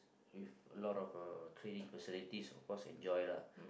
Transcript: with a lot of uh training facilities of course enjoy lah